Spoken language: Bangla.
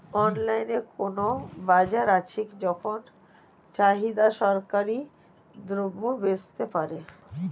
অনলাইনে কোনো বাজার আছে যেখানে চাষিরা সরাসরি দ্রব্য বেচতে পারে?